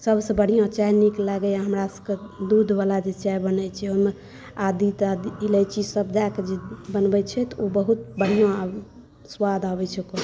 सबसँ बढ़िआँ चाइ नीक लागैए हमरा सबके दूधवला जे चाइ बनै छै ओहिमे आदी तादी इलैची सब दऽ कऽ जे बनबै छै तऽ बहुत बढ़िआँ सुआद आबै छै ओकर